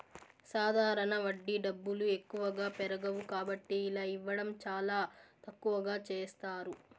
సాధారణ వడ్డీ డబ్బులు ఎక్కువగా పెరగవు కాబట్టి ఇలా ఇవ్వడం చాలా తక్కువగా చేస్తారు